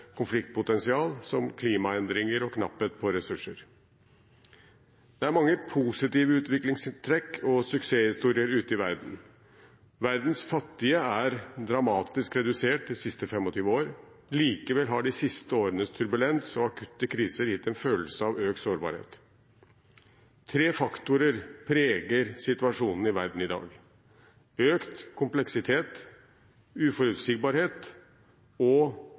konfliktpotensial, som klimaendringer og knapphet på ressurser. Det er mange positive utviklingstrekk og suksesshistorier ute i verden. Antall fattige i verden er dramatisk redusert de siste 25 år. Likevel har de siste årenes turbulens og akutte kriser gitt en følelse av økt sårbarhet. Tre faktorer preger situasjonen i verden i dag: økt kompleksitet, uforutsigbarhet og